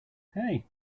hey